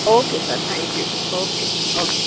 okay sir thank you okay okay हा